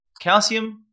calcium